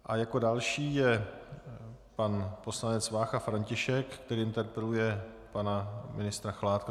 A jako další je pan poslanec Vácha František, který interpeluje pana ministra Chládka.